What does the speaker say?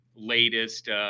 latest